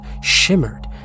shimmered